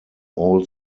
all